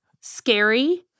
scary